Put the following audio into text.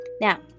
Now